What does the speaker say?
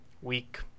Week